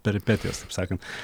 peripetijos taip sakant